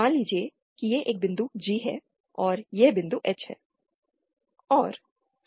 मान लीजिए कि यह एक बिंदु G है और यह बिंदु H है